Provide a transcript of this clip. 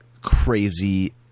crazy